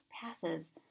passes